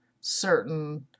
certain